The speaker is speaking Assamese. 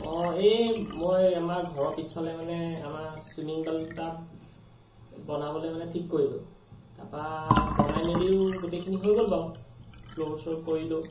অঁ এই মই আমাৰ ঘৰৰ পিছফালে মানে আমাৰ চুইমিং পুল এটা বনাবলৈ মানে ঠিক কৰিলোঁ তাৰপৰা বনাই মেলিও গোটেইখিনি হৈ গ'ল বাৰু ফ্ল'ৰ চ'ৰ কৰিলোঁ